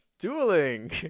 Dueling